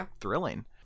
thrilling